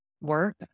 Work